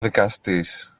δικαστής